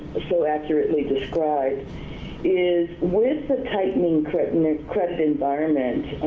so accurately described is with the tightening credit and and credit environment,